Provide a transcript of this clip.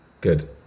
Good